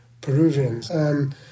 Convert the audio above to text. Peruvians